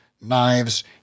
knives